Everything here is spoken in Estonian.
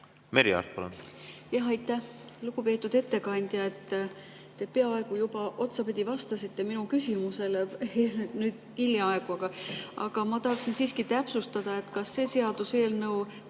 mõned on. Jah, aitäh! Lugupeetud ettekandja! Te peaaegu juba otsapidi vastasite minu küsimusele nüüd hiljaaegu. Aga ma tahaksin siiski täpsustada, kas see seaduseelnõu